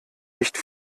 nicht